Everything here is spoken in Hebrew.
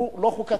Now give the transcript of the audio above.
והוא לא חוקתי.